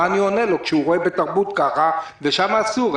מה אני עונה לו, כשהוא רואה שבתרבות ככה ושם אסור.